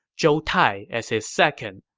zhou tai as his second,